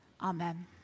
Amen